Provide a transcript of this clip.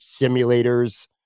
simulators